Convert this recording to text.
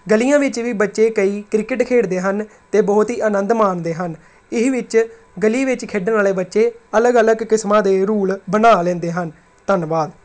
ਗਲੀਆਂ ਵਿੱਚ ਵੀ ਬੱਚੇ ਕਈ ਕ੍ਰਿਕਟ ਖੇਡਦੇ ਹਨ ਅਤੇ ਬਹੁਤ ਹੀ ਆਨੰਦ ਮਾਣਦੇ ਹਨ ਇਸ ਵਿੱਚ ਗਲੀ ਵਿੱਚ ਖੇਡਣ ਵਾਲੇ ਬੱਚੇ ਅਲੱਗ ਅਲੱਗ ਕਿਸਮਾਂ ਦੇ ਰੂਲ੍ਹ ਬਣਾ ਲੈਂਦੇ ਹਨ ਧੰਨਵਾਦ